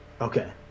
Okay